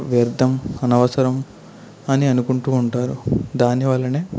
వ్యర్థం అనవసరం అని అనుకుంటూ ఉంటారు దానివలనే